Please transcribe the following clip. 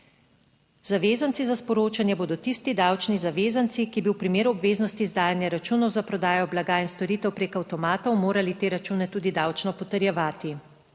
Zavezanci za sporočanje bodo tisti davčni zavezanci, ki bi v primeru obveznosti izdajanja računov za prodajo blaga in storitev preko avtomatov morali te račune tudi davčno potrjevati.